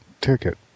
ticket